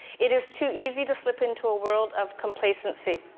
it is too easy to slip into a world of complacency.